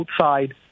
outside